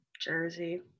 Jersey